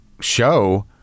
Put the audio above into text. show